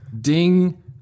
Ding